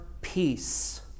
peace